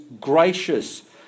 gracious